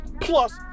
plus